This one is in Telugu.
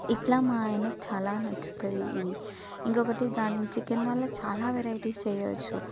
ఇట్లా మా ఆయనకి చాలా నచ్చుతుంది ఇది ఇంకొకటి దాని చికెన్ వల్ల చాలా వెరైటీస్ చేయవచ్చు